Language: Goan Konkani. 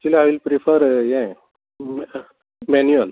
एक्चुली आय वील प्रिफर हें मॅन्युयल